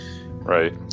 right